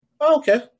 okay